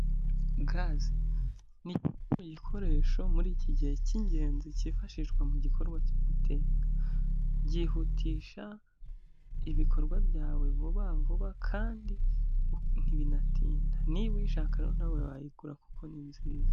Gaze n'igikoresho muri iki gihe cy'ingenzi cyifashishwa mu gikorwa cyo guteka, byihutisha ibikorwa byawe vuba vuba kandi ntibinatinda niba uyishakaho nawe wayigura kuko ni nziza.